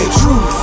truth